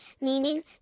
meaning